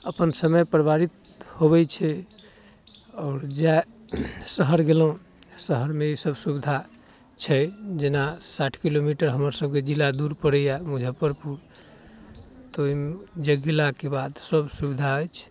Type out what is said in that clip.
अपन समय परिवर्तित होबैत छै आओर जहए शहर गेलहुँ शहरमे ई सभ सुविधा छै जेना साठि किलोमीटर हमर सभकेँ जिला दूर पड़ैए मुजफ्फरपुर तऽ ओ गेलाके बाद सभ सुविधा अछि